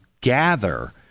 gather